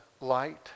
light